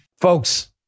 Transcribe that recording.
folks